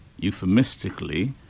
euphemistically